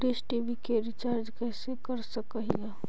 Dish TV के recharge कैसे कर सक हिय?